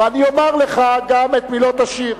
ואני אומר לך גם את מילות השיר.